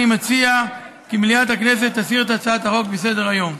אני מציע כי מליאת הכנסת תסיר את הצעת החוק מסדר-היום.